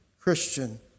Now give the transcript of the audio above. Christian